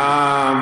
מה,